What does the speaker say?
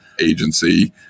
agency